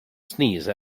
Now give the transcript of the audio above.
sneeze